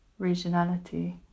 regionality